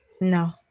No